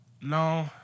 No